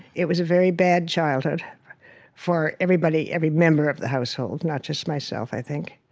it was a very bad childhood for everybody, every member of the household, not just myself, i think.